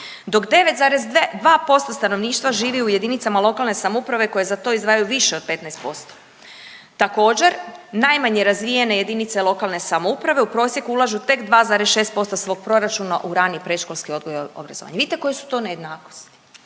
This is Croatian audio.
dok 9,2% stanovništva živi u jedinicama lokalne samouprave koje za to izdvajaju više od 15%. Također najmanje razvijene jedinice lokalne samouprave u prosjeku ulažu tek 2,6% svog proračuna u rani predškolski odgoj i obrazovanje. Vidite koje su to nejednakosti.